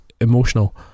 emotional